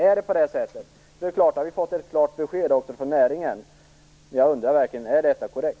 I så fall har vi fått ett klart besked från näringen. Men jag undrar verkligen: Är detta korrekt?